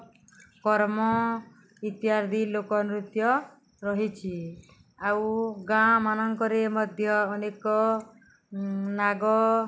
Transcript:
କର୍ମ ଇତ୍ୟାଦି ଲୋକନୃତ୍ୟ ରହିଛିି ଆଉ ଗାଁ ମାନଙ୍କରେ ମଧ୍ୟ ଅନେକ ନାଗ